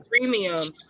premium